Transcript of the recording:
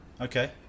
okay